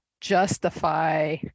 justify